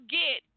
get